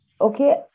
Okay